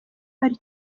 ari